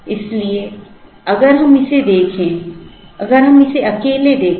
इसलिए अगर हम इसे देखें अगर हम इसे अकेले देखें